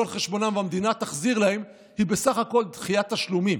על חשבונן והמדינה תחזיר להן היא בסך הכול דחיית תשלומים,